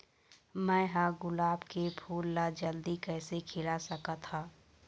मैं ह गुलाब के फूल ला जल्दी कइसे खिला सकथ हा?